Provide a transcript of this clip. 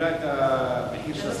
שמגדירה את המחיר של השכירות.